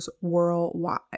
worldwide